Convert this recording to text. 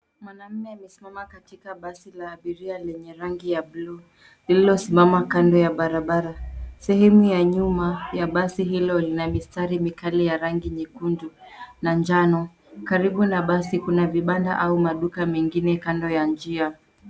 Mwanaume amesimama katika basi la abiria lenye rangi ya bluu, lililosimama kando ya barabara. Sehemu ya nyuma ya basi hilo lina mistari mikali ya rangi nyekundu na njano. Karibu na basi kuna vibanda au maduka mengine kando ya njia.